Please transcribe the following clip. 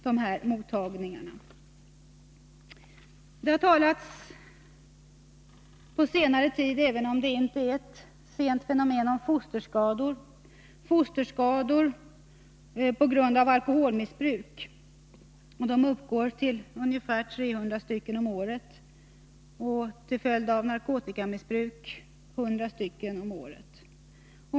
Det har talats på senare tid — även om det inte är ett sent fenomen — om fosterskador på grund av alkoholmissbruk. Antalet sådana fall uppgår till ungefär 300 om året och skadorna till följd av narkotikamissbruk till 100 stycken om året.